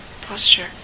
posture